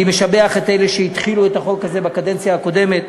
אני משבח את אלה שהתחילו את החוק הזה בקדנציה הקודמת,